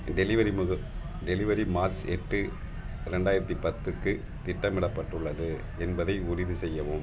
delivery முக delivery March எட்டு இரண்டாயிரத்தி பத்துக்கு திட்டமிடப்பட்டுள்ளது என்பதை உறுதி செய்யவும்